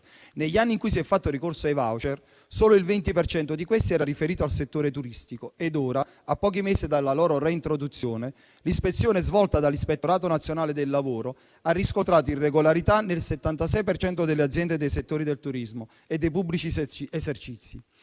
Negli anni in cui si è fatto ricorso ai *voucher,* solo il 20 per cento di questi era riferito al settore turistico ed ora, a pochi mesi dalla loro reintroduzione, l'ispezione svolta dall'Ispettorato nazionale del lavoro ha riscontrato irregolarità nel 76 per cento delle aziende dei settori del turismo e dei pubblici esercizi,